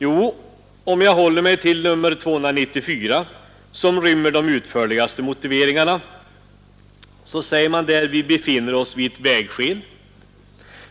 Ja, om jag håller mig till motion 294, som rymmer de utförligaste motiveringarna, så heter det där: ”Vi befinner oss i Sverige i dag vid ett vägskäl.